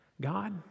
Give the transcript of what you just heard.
God